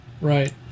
Right